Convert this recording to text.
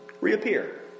reappear